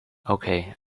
okay